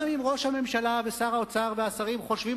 גם אם ראש הממשלה ושר האוצר והשרים חושבים